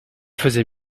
faisait